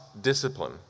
discipline